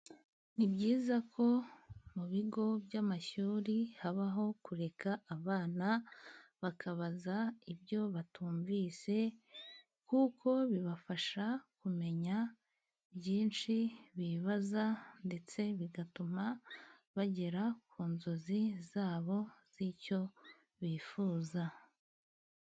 Ni byiza ko mu bigo by' amashuri, habaho kureka abana bakabaza ibyo batumvise, kuko bibafasha kumenya byinshi bibaza, ndetse bigatuma bagera ku nzozi zabo z' icyo bifuza.